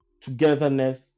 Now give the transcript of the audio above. togetherness